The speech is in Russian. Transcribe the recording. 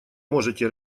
можете